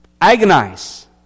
Agonize